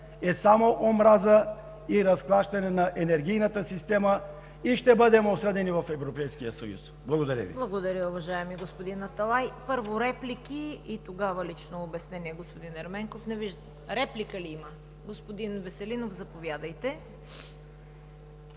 е само омраза и разклащане на енергийната система и ще бъдем осъдени в Европейския съюз. Благодаря Ви. ПРЕДСЕДАТЕЛ ЦВЕТА КАРАЯНЧЕВА: Благодаря, уважаеми господин Аталай. Първо реплики и тогава лично обяснение, господин Ерменков. Реплика ли има? Господин Веселинов, заповядайте.